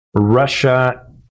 Russia